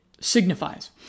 signifies